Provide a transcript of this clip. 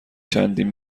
چندین